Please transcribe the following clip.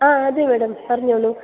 ആ അതെ മേഡം പറഞ്ഞോളൂ